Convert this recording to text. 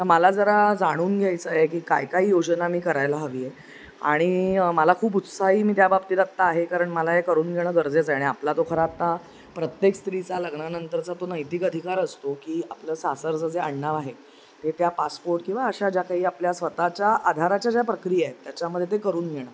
तं मला जरा जाणून घ्यायचंय की काय काय योजना मी करायला हवीय आणि मला खूप उत्साही मी त्याबाबतीत अगता आहे कारण मला हे करून घेणं गरजेचंय नाई आपला तो खरं आत्ता प्रत्येक स्त्रीचा लग्नानंतरचा तो नैतिक अधिकार असतो की आपलं सासरचं जे अण्णाव आहे ते त्या पासपोर्ट किंवा अशा ज्या काही आपल्या स्वतःच्या आधाराच्या ज्या प्रक्रिया त्याच्यामधे ते करून घेणं